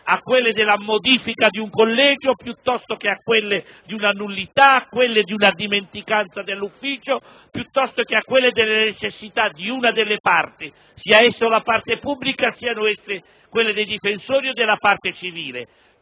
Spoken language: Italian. a quelle della modifica di un collegio piuttosto che a quelle di una nullità, di una dimenticanza dell'ufficio o delle necessità di una delle parti, siano esse la parte pubblica, quelle dei difensori o della parte civile.